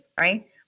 right